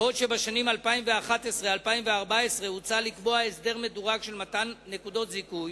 ובשנים 2011 2014 הוצע לקבוע הסדר מדורג של מתן נקודות זיכוי.